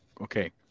Okay